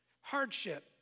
hardship